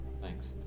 thanks